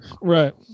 Right